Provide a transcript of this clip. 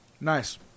Nice